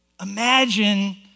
Imagine